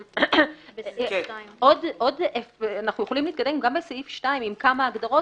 אנחנו יכולים להתקדם גם בסעיף 2 עם כמה הגדרות,